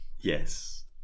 Yes